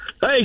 Hey